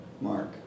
Mark